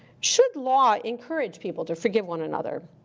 should law encourage people to forgive one another?